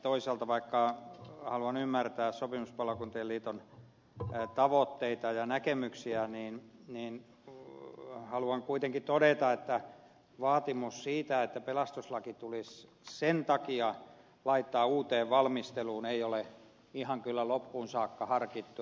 toisaalta vaikka haluan ymmärtää sopimuspalokuntien liiton tavoitteita ja näkemyksiä haluan kuitenkin todeta että vaatimus siitä että pelastuslaki tulisi niiden takia laittaa uuteen valmisteluun ei ole kyllä ihan loppuun saakka harkittu